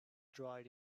dried